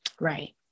Right